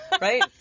right